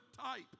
type